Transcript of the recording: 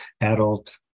adult